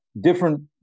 different